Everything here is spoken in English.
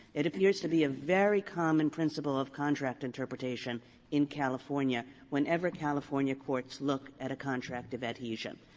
it appears to be a very common principle of contract interpretation in california whenever california courts look at a contract of adhesion.